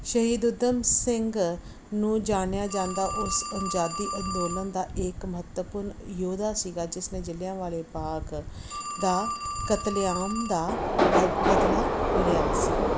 ਸ਼ਹੀਦ ਊਧਮ ਸਿੰਘ ਨੂੰ ਜਾਣਿਆ ਜਾਂਦਾ ਉਸ ਆਜ਼ਾਦੀ ਅੰਦੋਲਨ ਦਾ ਇਕ ਮਹੱਤਵਪੂਰਨ ਯੋਧਾ ਸੀਗਾ ਜਿਸ ਨੇ ਜਲ੍ਹਿਆਂਵਾਲਾ ਬਾਗ ਦਾ ਕਤਲੇਆਮ ਦਾ ਬਦ ਬਦਲਾ ਲਿਆ ਸੀਗਾ